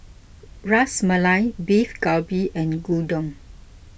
Ras Malai Beef Galbi and Gyudon